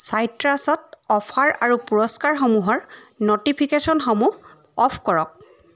চাইট্ৰাছত অফাৰ আৰু পুৰস্কাৰসমূহৰ ন'টিফিকেশ্যনসমূহ অফ কৰক